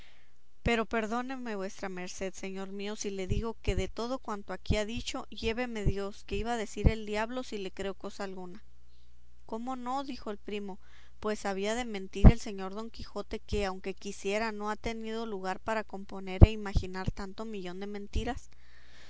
pero perdóneme vuestra merced señor mío si le digo que de todo cuanto aquí ha dicho lléveme dios que iba a decir el diablo si le creo cosa alguna cómo no dijo el primo pues había de mentir el señor don quijote que aunque quisiera no ha tenido lugar para componer e imaginar tanto millón de mentiras